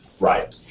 right.